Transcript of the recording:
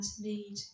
need